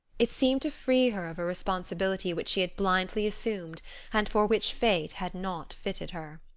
it seemed to free her of a responsibility which she had blindly assumed and for which fate had not fitted her.